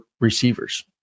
receivers